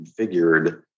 configured